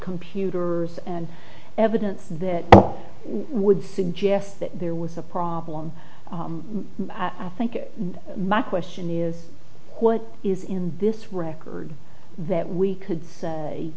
computer and evidence that would suggest that there was a problem i think my question is what is in this record that we could